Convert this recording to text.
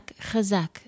Chazak